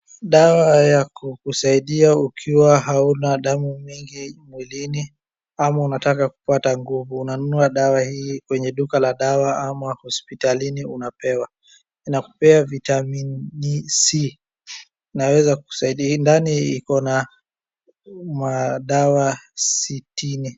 Dawa ya kukusaidia ukiwa hauna damu mingi mwilini ama unataka kupata nguvu. Unanunua dawa hii kwenye duka la dawa ama hospitalini unapewa. Inakupea vitamini C. Inaweza kukusaidia. Ndani iko na dawa sitini.